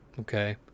okay